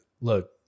look